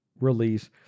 release